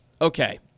okay